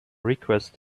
request